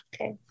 Okay